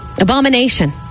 Abomination